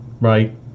right